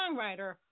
songwriter